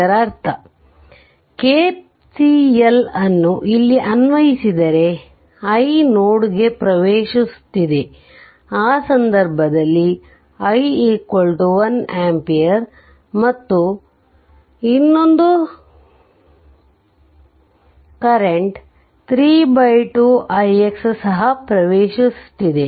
ಇದರರ್ಥ ಕೆಸಿಎಲ್ ಅನ್ನು ಇಲ್ಲಿ ಅನ್ವಯಿಸಿದರೆ i ನೋಡ್ ಗೆ ಪ್ರವೇಶಿಸುತ್ತಿದೆ ಆ ಸಂದರ್ಭದಲ್ಲಿ i 1 ಆಂಪಿಯರ್ ಮತ್ತು ಇನ್ನೊಂದು ಕರೆಂಟ್ 3 2 ix ಸಹ ಪ್ರವೇಶಿಸುತ್ತಿದೆ